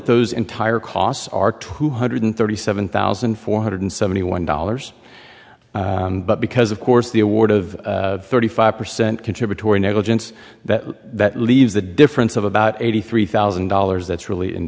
those entire costs are two hundred thirty seven thousand four hundred seventy one dollars but because of course the award of thirty five percent contributory negligence that leaves the difference of about eighty three thousand dollars that's really in